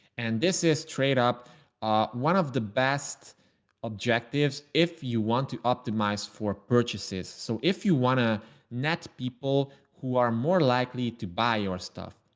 and this is trade up one of the best objectives. if you want to optimize for purchases. so if you want to net people who are more likely to buy your stuff,